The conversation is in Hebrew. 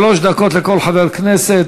שלוש דקות לכל חבר כנסת.